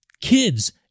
kids